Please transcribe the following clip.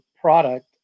product